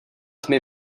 tmy